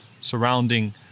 surrounding